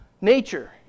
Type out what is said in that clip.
nature